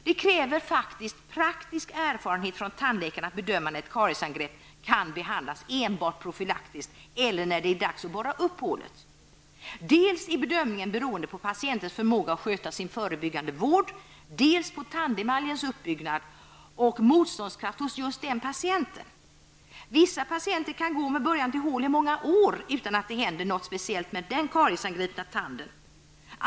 Det kräver faktiskt att tandläkaren har praktisk erfarenhet av att bedöma när ett kariesangrepp kan behandlas enbart profylaktiskt och när det är dags att borra upp hålet. Dels är bedömningen beroende av patientens förmåga att sköta sin förebyggande vård, dels på tandemaljens uppbyggnad och motståndskraft hos just den patienten. Vissa patienter kan gå med början till hål i många år, utan att det händer något speciellt med den kariesangripna tanden.